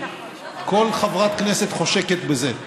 כל חברת כנסת חושקת בזה.